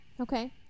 okay